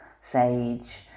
sage